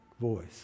voice